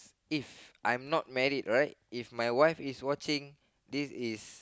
if I'm not married right if my wife is watching this is